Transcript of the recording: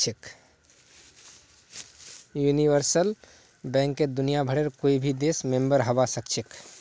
universal बैंकत दुनियाभरेर कोई भी देश मेंबर हबा सखछेख